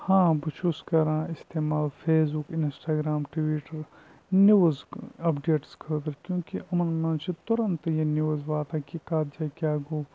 ہاں بہٕ چھُس کَران استعمال Facebook Instagram Twitter news updates خٲطرٕ کیونکہِ یِمَن منٛز چھِ تُرنٛتہٕ یہِ نِوٕز واتان کہِ کَتھ جاے کیٛاہ گوٚو